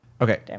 okay